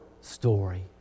story